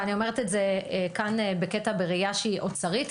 ואני אומרת את זה כאן בראייה שהיא אוצרית,